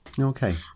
okay